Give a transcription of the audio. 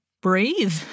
breathe